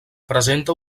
presenta